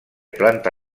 planta